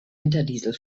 winterdiesel